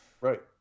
Right